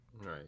Right